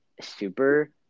super